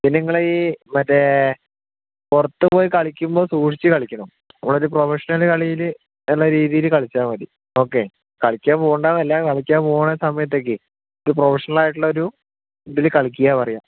പിന്നെ നിങ്ങളെ ഈ മറ്റേ പുറത്ത് പോയി കളിക്കുമ്പോൾ സൂക്ഷിച്ച് കളിക്കണം നമ്മളൊരു പ്രൊഫഷണല് കളിയിൽ എന്ന രീതിയിൽ കളിച്ചാൽ മതി ഓക്കെ കളിക്കാൻ പോകണ്ടയെന്നല്ല കളിക്കാൻ പോകണ സമയത്തൊക്കെ ഇത് പ്രൊഫഷണലായിട്ടുള്ള ഒരു ഇതിൽ കളിക്കുക പറയാം